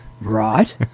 right